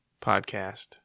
podcast